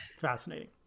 fascinating